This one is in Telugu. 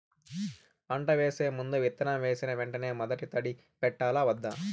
పంట వేసే ముందు, విత్తనం వేసిన వెంటనే మొదటి తడి పెట్టాలా వద్దా?